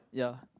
ya